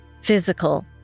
physical